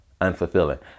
unfulfilling